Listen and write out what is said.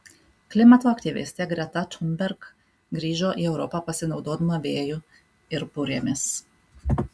klimato aktyvistė greta thunberg grįžo į europą pasinaudodama vėju ir burėmis